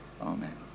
Amen